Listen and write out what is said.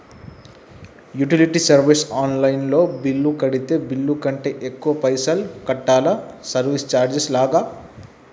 Utility service online లో bill కడితే bill కంటే ఎక్కువ పైసల్ కట్టాలా సర్వీస్ చార్జెస్ లాగా?